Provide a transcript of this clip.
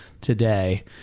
today